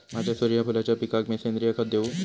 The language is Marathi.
माझ्या सूर्यफुलाच्या पिकाक मी सेंद्रिय खत देवू?